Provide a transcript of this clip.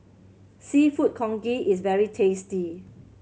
Seafood Congee is very tasty